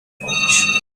pouch